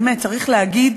באמת צריך להסיר